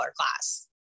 class